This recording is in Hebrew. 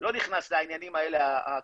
לא נכנס לעניינים הכספיים,